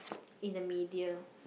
in the media